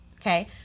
Okay